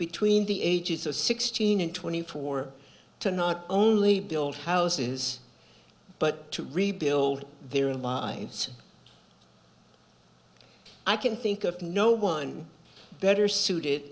between the ages of sixteen and twenty four to not only build houses but to rebuild their lives i can think of no one better suited